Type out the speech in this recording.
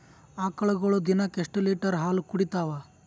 ಆಕಳುಗೊಳು ದಿನಕ್ಕ ಎಷ್ಟ ಲೀಟರ್ ಹಾಲ ಕುಡತಾವ?